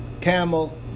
Camel